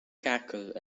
cackle